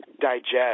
digest